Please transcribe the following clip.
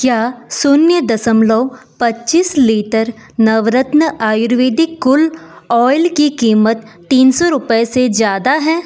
क्या शून्य दशमलव पच्चीस litre Navratna ayurvedic cool oil की क़ीमत तीन सौ रुपए से ज़्यादा है